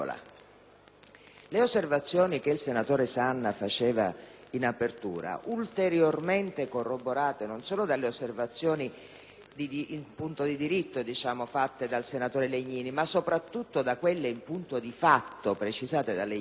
Le osservazioni che il senatore Sanna faceva in apertura, ulteriormente corroborate non solo dalle osservazioni in punto di diritto fatte dal senatore Legnini, ma soprattutto da quelle in punto di fatto precisate dallo